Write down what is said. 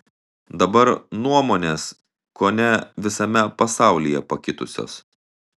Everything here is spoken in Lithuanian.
dabar nuomonės kuone visame pasaulyje pakitusios